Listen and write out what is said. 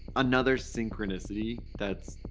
another synchronicity that's.